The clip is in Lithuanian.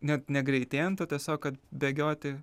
net negreitėjant o tiesiog kad bėgioti